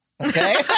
okay